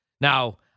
Now